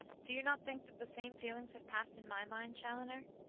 do you not think that the same feelings have passed in my mind, chaloner?